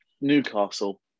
Newcastle